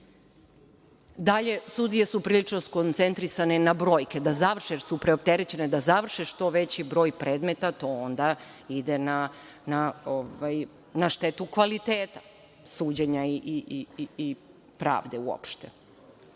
sudije su prilično skoncentrisane na brojke, da završe, jer su preopterećene, da završe što veći broj predmeta, to onda ide na štetu kvaliteta suđenja i pravde uopšte. Dalje,